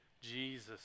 Jesus